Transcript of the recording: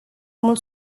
mult